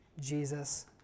Jesus